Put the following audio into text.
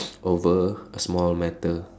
over a small matter